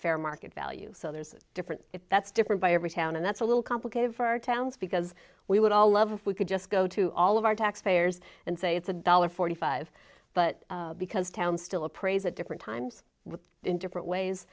fair market value so there's a different that's different by every town and that's a little complicated for our towns because we would all love if we could just go to all of our tax payers and say it's a dollar forty five but because towns still appraise at different times in different ways